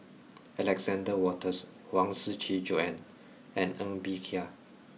Alexander Wolters Huang Shiqi Joan and Ng Bee Kia